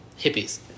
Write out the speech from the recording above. Hippies